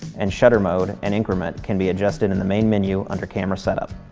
and shutter mode and increment can be adjusted in the main menu under camera setup.